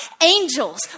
angels